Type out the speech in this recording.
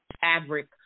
fabric